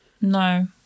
No